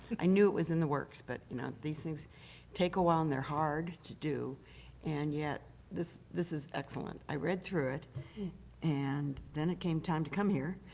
i knew it was in the works, but you know these things take a while and they are hard to do and yet this this is excellent. i read through it and then it came time to come here.